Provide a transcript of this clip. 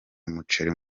umuceri